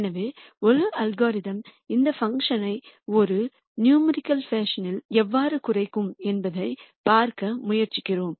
எனவே ஒரு அல்காரிதம் இந்த பங்க்ஷன் ஐ ஒரு எண் பாணியில் எவ்வாறு குறைக்கும் என்பதைப் பார்க்க முயற்சிக்கிறோம்